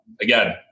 Again